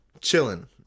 chilling